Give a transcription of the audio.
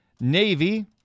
Navy